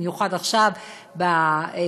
בייחוד עכשיו באודיטוריום,